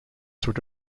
sort